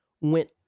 went